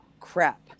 crap